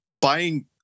buying